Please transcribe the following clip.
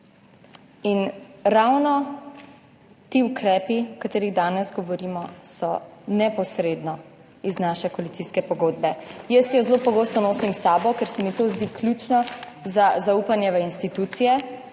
In ravno ti ukrepi, o katerih danes govorimo, so neposredno iz naše koalicijske pogodbe. Jaz jo zelo pogosto nosim s sabo, ker se mi to zdi ključno za zaupanje v institucije